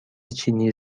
چینی